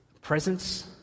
Presence